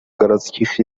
городских